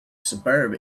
suburb